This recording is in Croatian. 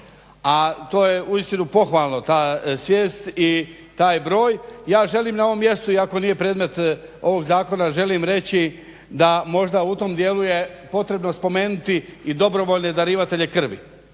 a to je uistinu pohvalno, ta svijest i taj broj. Ja želim na ovom mjestu iako nije predmet ovog zakona, želim reći da možda u tom dijelu je potrebno spomenuti i dobrovoljne darivatelje krvi.